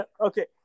Okay